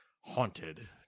Haunted